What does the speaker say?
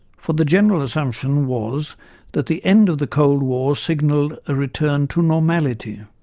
for the general assumption was that the end of the cold war signalled a return to normality,